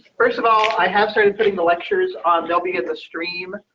first of all, i have started putting the lectures on there'll be at the stream.